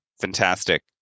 fantastic